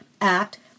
Act